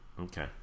Okay